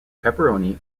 pepperoni